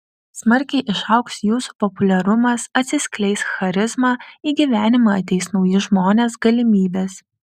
smarkiai išaugs jūsų populiarumas atsiskleis charizma į gyvenimą ateis nauji žmonės galimybės